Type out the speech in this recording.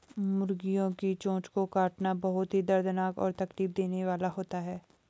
मुर्गियों की चोंच को काटना बहुत ही दर्दनाक और तकलीफ देने वाला होता है